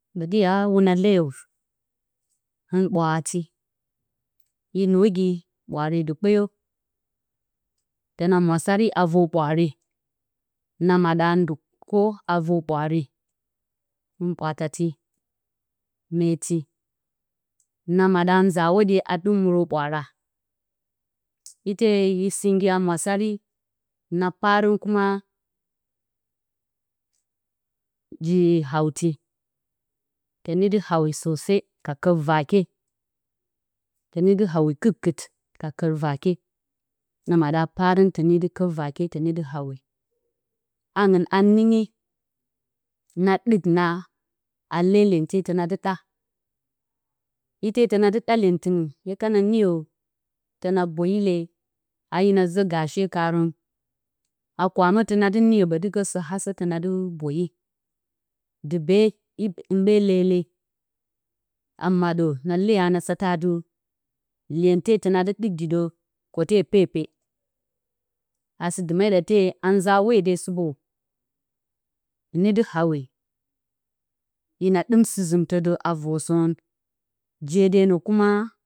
Ɓǝtɨ ya hwuna leyo, hɨn ɓwaarati. Yǝ nuwogi ɓwaare dɨ kpeyo, tǝna mwasari a vor ɓwaare, na maɗǝ a nduko a vor ɓwaare. Hɨn ɓwatati, meeti, na maɗǝ a nza hwoɗye a ɗɨm murǝ ɓwaara. Ite yǝ sɨngi a mwasari, na parǝn ji hawti, tǝne dɨ hawi ka kǝr vaakye. Tǝne dɨ hawi kɨr-kɨr ka kǝr vaakye. Na maɗǝ a parǝn tǝne dɨ kǝr vaakye. tǝne dɨ hawi. Anngɨn a nɨnyi na ɗɨk na a lee lyente tǝna dɨ ɗa. Ite tǝna dɨ ɗa lyentɨngɨn, hye kana niyotǝna boyi le, a hina zǝ gaashe karǝn a kwamǝtǝ na dɨ ɓǝtɨ sǝ hasǝ tǝna dɨ boyi. Dɨ bee hɨn ɓe lele a maɗǝ, na leyo a nǝ satǝ atɨ, lyente tǝna dɨ ɗɨk dɨ dǝ kote pepe. A sɨ dɨmǝ nza hwode supo, hɨne dɨ hawi hina ɗɨm sɨ-zɨmtǝ a vor sǝrǝn. Je denǝ kuma